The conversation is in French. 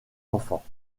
enfants